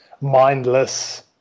mindless